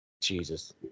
Jesus